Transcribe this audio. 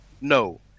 No